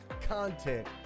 content